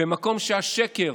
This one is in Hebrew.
במקום שהשקר